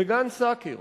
בגן-סאקר,